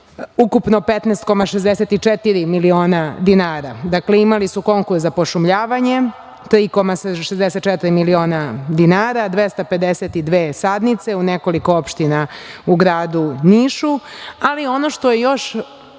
ukupno 15,64 miliona dinara. Dakle, imali su konkurs za pošumljavanje, 3,64 miliona dinara, 252 sadnice, u nekoliko opština u gradu Nišu. Ono što je još